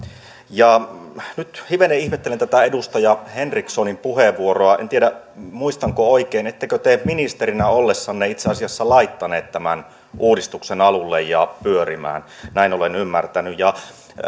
nyt hivenen ihmettelen tätä edustaja henrikssonin puheenvuoroa en tiedä muistanko oikein ettekö te ministerinä ollessanne itse asiassa laittanut tämän uudistuksen alulle ja pyörimään näin olen ymmärtänyt